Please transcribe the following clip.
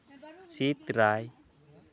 ᱥᱤᱛᱨᱟᱭ